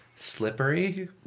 Slippery